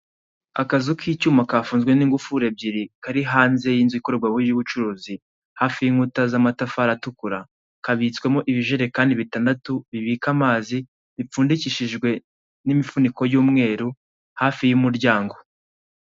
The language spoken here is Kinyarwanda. Akazu k'icyuma kafunzwe ningufuri ebyiri kari hanze y'inzu ikorerwamo yubucuruzi hafi y'inkuta z'amatafari atukura kabitswemo ibijerekani bitandatu bibika amazi bipfundikishijwe n'imifuniko y'umweru hafi y'umuryango.